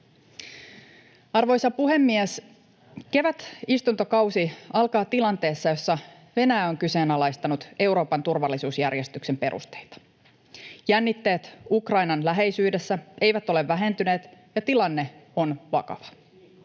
Arvoisa puhemies! Kevätistuntokausi alkaa tilanteessa, jossa Venäjä on kyseenalaistanut Euroopan turvallisuusjärjestyksen perusteita. Jännitteet Ukrainan läheisyydessä eivät ole vähentyneet, ja tilanne on vakava.